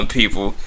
people